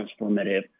transformative